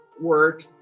work